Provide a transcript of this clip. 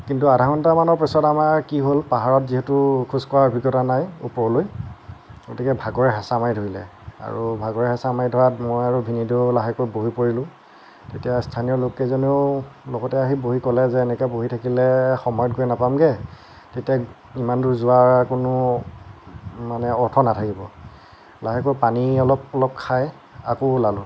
কিন্তু আধা ঘন্টা মানৰ পাছত আমাৰ কি হ'ল পাহাৰত যিহেতু খোজকঢ়াৰ অভিজ্ঞতা নাই ওপৰলৈ গতিকে ভাগৰে হেঁচা মাৰি ধৰিলে আৰু ভাগৰে হেঁচা মাৰি ধৰাত মই আৰু ভিনিদেউ লাহেকৈ বহি পৰিলোঁ তেতিয়া স্থানীয় লোক কেইজনেও লগতে আহি বহি ক'লে যে এনেকৈ বহি থাকিলে সময়ত গৈ নাপামগৈ তেতিয়া ইমান দূৰ যোৱাৰ কোনো মানে অৰ্থ নাথাকিব লাহেকৈ পানী অলপ অলপ খাই আকৌ ওলালো